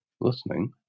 listening